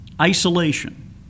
isolation